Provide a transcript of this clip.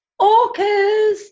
orcas